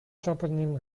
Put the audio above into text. toponym